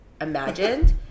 imagined